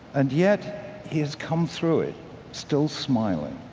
and yet he has come through it still smiling.